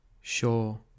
Sure